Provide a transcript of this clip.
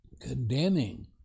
condemning